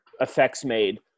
effects-made